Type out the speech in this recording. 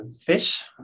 fish